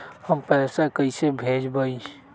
हम पैसा कईसे भेजबई?